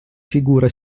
figure